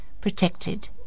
protected